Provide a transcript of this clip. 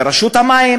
אם מול רשות המים.